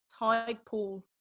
Tidepool